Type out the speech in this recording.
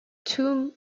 two